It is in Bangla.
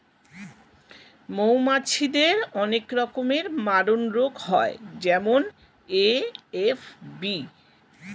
মৌমাছিদের অনেক রকমের মারণরোগ হয় যেমন এ.এফ.বি